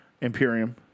Imperium